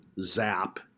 Zap